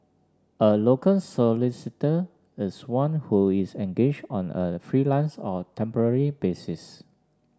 a locum solicitor is one who is engaged on a freelance or temporary basis